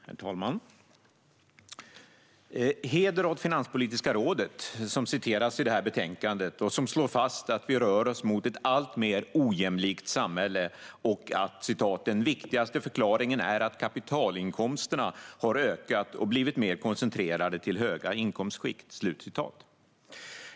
Herr talman! Heder åt finanspolitiska rådet, som citeras i det här betänkandet och som slår fast att vi rör oss mot ett alltmer ojämlikt samhälle och att "den viktigaste förklaringen är att kapitalinkomsterna har ökat och blivit mer koncentrerade till höga inkomstskikt".